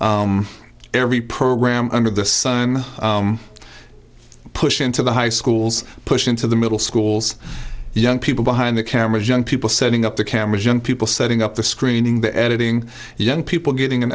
every program under the sun pushed into the high schools pushed into the middle schools young people behind the cameras young people setting up the cameras young people setting up the screening the editing young people getting an